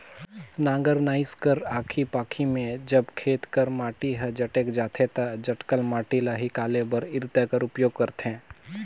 नांगर नाएस कर आखी पाखी मे जब खेत कर माटी हर जटेक जाथे ता जटकल माटी ल हिकाले बर इरता कर उपियोग करथे